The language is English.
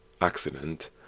accident